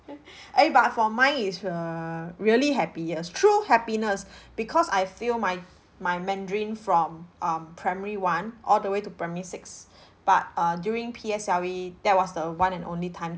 eh but for mine is err really happiest true happiness because I fail my my mandarin from um primary one all the way to primary six but uh during P_S_L_E that was the one and only time